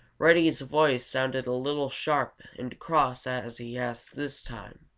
reddy's voice sounded a little sharp and cross as he asked this time.